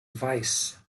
vice